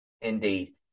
Indeed